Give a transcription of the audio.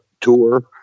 tour